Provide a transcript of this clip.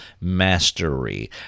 mastery